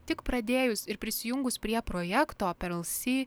tik pradėjus ir prisijungus prie projekto perlsi